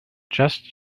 just